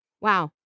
Wow